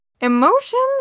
emotions